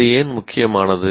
அது ஏன் முக்கியமானது